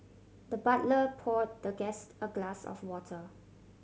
the butler pour the guest a glass of water